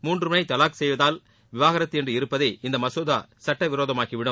மூன்று முறை தலாக் செய்தால் விவகாரத்து என்று இருப்பதை இந்த மசோதா சட்டவிரோதமாக்கி விடும்